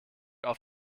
auf